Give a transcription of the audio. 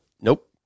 Nope